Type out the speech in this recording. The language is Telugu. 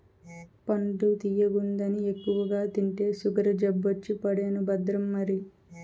పండు తియ్యగుందని ఎక్కువగా తింటే సుగరు జబ్బొచ్చి పడేను భద్రం మరి